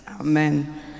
Amen